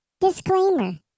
Disclaimer